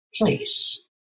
place